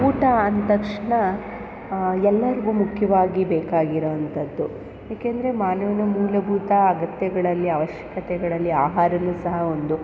ಊಟ ಅಂದ ತಕ್ಷಣ ಎಲ್ಲರಿಗೂ ಮುಖ್ಯವಾಗಿ ಬೇಕಾಗಿರೋವಂಥದ್ದು ಏಕೆಂದರೆ ಮಾನವನ ಮೂಲಭೂತ ಅಗತ್ಯಗಳಲ್ಲಿ ಅವಶ್ಯಕತೆಗಳಲ್ಲಿ ಆಹಾರ ಸಹ ಒಂದು